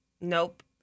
Nope